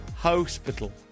Hospital